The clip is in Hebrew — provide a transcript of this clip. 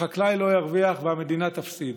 החקלאי לא ירוויח והמדינה תפסיד.